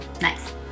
Nice